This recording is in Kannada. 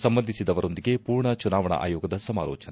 ಸಂಬಂಧಿಸಿದವರೊಂದಿಗೆ ಪೂರ್ಣ ಚುನಾವಣಾ ಆಯೋಗದ ಸಮಾಲೋಚನೆ